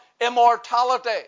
immortality